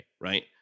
Right